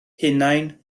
hunain